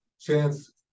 chance